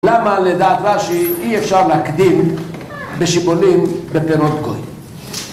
למה לדעתך שאי אפשר להקדים בשיבולים בפירות כהן?